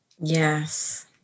Yes